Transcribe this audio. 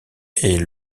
est